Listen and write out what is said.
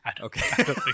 Okay